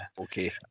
Okay